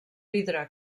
vidre